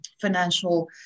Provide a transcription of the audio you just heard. financial